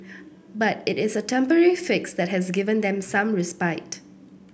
but it is a temporary fix that has given them some respite